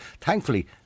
Thankfully